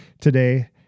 today